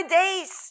days